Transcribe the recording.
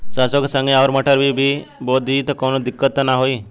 सरसो के संगे अगर मटर भी बो दी त कवनो दिक्कत त ना होय?